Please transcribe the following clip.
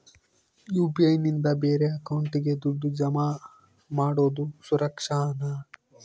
UPI ನಿಂದ ಬೇರೆ ಅಕೌಂಟಿಗೆ ದುಡ್ಡು ಜಮಾ ಮಾಡೋದು ಸುರಕ್ಷಾನಾ?